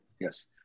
Yes